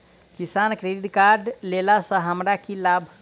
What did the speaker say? किसान credit card लेला सऽ हमरा की लाभ?